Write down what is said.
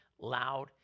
loud